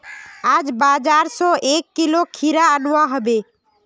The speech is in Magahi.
आज बाजार स एक किलो खीरा अनवा हबे